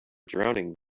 drowning